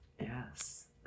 Yes